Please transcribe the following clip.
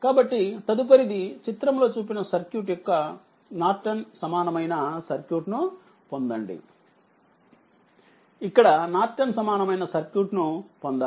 కాబట్టి తదుపరిది చిత్రంలో చూపిన సర్క్యూట్ యొక్క నార్టన్ సమానమైన సర్క్యూట్ను పొందండి కాబట్టి ఇక్కడ నార్టన్ సమానమైన సర్క్యూట్ పొందాలి